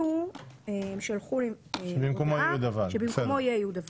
הם שלחו לי הודעה שבמקומו יהיה יהודה ולד.